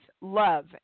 love